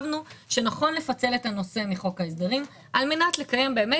שנכון לפצל את הנושא מחוק ההסדרים על מנת לקיים באמת